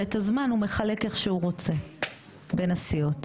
ואת הזמן הוא מחלק איך שהוא רוצה בין הסיעות,